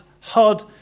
hard